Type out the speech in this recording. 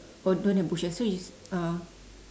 oh don't have bushes so you ci~ uh